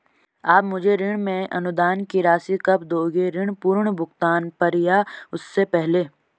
आप मुझे ऋण में अनुदान की राशि कब दोगे ऋण पूर्ण भुगतान पर या उससे पहले?